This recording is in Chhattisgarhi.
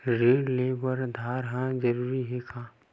ऋण ले बर आधार ह जरूरी हे का?